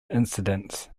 incidents